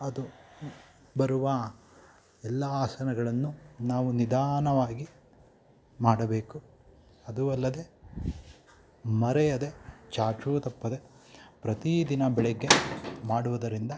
ಅದು ಬರುವ ಎಲ್ಲ ಆಸನಗಳನ್ನು ನಾವು ನಿಧಾನವಾಗಿ ಮಾಡಬೇಕು ಅದು ಅಲ್ಲದೆ ಮರೆಯದೇ ಚಾಚೂ ತಪ್ಪದೆ ಪ್ರತಿ ದಿನ ಬೆಳಿಗ್ಗೆ ಮಾಡುವುದರಿಂದ